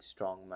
strongman